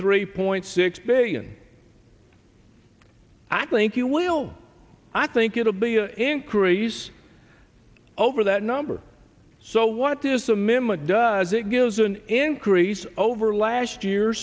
three point six billion i think you will i think it'll be an increase over that number so what is a minimum does it gives an increase over last year